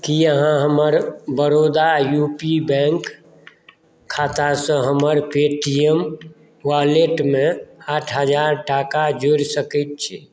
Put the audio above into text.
की अहाँ हमर Baroda U P bank खातासँ हमर पे टी एम वॉलेटमे आठ हजार टाका जोड़ि सकैत छी